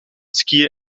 skiën